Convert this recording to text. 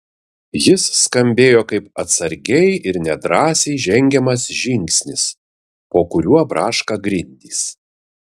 jis skambėjo kaip atsargiai ir nedrąsiai žengiamas žingsnis po kuriuo braška grindys